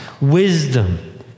wisdom